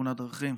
בתאונת דרכים,